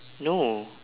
no